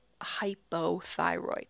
hypothyroid